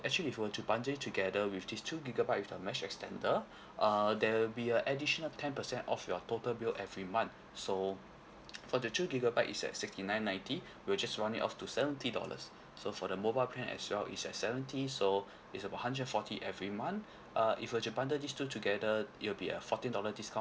actually if you were to bundle it together with this two gigabyte with a mesh extender uh there will be a additional ten percent off your total bill every month so for the two gigabyte it's at sixty nine ninety we'll just round it off to seventy dollars so for the mobile plan as well it's at seventy so it's about hundred and forty every month uh if you were to bundle these two together it will be a fourteen dollar discount